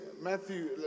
Matthew